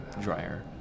dryer